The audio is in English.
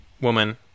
woman